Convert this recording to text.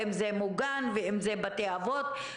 ואם זה מוגן ואם זה בתי אבות,